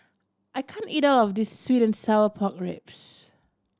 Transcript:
I can't eat all of this sweet and sour pork ribs